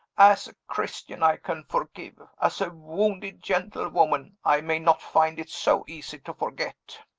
as a christian, i can forgive as a wounded gentlewoman, i may not find it so easy to forget.